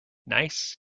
nice